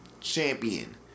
champion